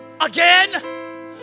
again